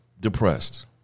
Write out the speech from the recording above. Depressed